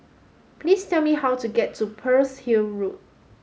please tell me how to get to Pearl's Hill Road